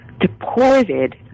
deported